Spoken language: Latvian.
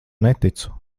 neticu